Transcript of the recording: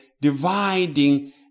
dividing